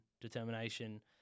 determination